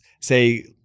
Say